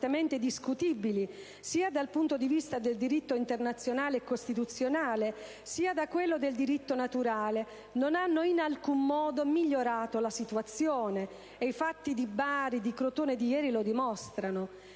fortemente discutibili, sia dal punto di vista del diritto internazionale e costituzionale, sia da quello del diritto naturale, non ha in alcun modo migliorato la situazione, e i fatti di Bari e di Crotone di ieri lo dimostrano.